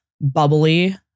bubbly